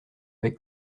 avec